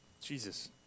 Jesus